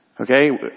Okay